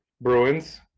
Bruins